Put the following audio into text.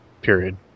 period